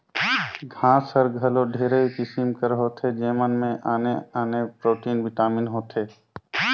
घांस हर घलो ढेरे किसिम कर होथे जेमन में आने आने प्रोटीन, बिटामिन होथे